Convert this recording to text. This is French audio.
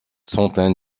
centaine